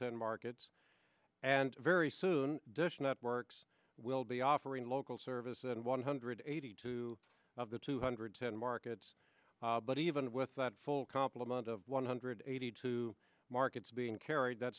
ten markets and very soon dish networks will be offering local service and one hundred eighty two of the two hundred ten markets but even with that full complement of one hundred eighty two markets being carried that